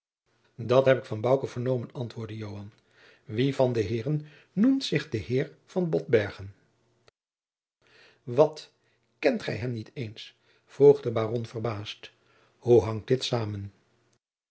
dat heb ik van bouke vernomen antwoordde joan wie van de heeren noemt zich de heer van botbergen wat kent gij hem niet eens vroeg de baron verbaasd hoe hangt dit